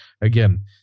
again